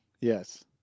Yes